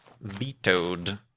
vetoed